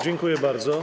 Dziękuję bardzo.